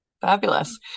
fabulous